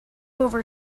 over